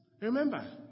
Remember